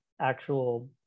actual